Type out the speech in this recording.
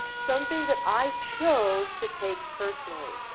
something that i chose to take personally.